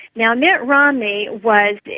now, mitt romney was,